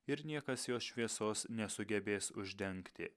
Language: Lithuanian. ir niekas jo šviesos nesugebės uždengti